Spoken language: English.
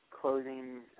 closing